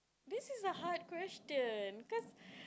this is a hard question cause